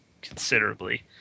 considerably